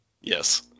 Yes